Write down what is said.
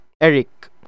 Eric